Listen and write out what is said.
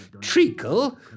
Treacle